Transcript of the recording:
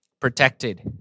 protected